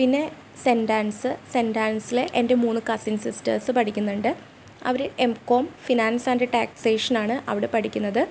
പിന്നെ സെൻടാൻസ്സ് സെൻടാൻസിലെ എൻ്റെ മൂന്ന് കസിൻ സിസ്റ്റേഴ്സ് പഠിക്കുന്നുണ്ട് അവർ എംകോം ഫിനാൻസ് ആൻഡ് ടാക്സേഷൻ ആണ് അവിടെ പഠിക്കുന്നത്